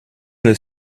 that